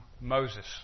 Moses